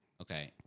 Okay